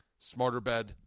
Smarterbed